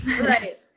Right